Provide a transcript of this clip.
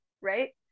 right